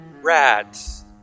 Rats